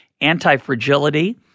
Anti-fragility